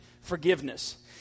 forgiveness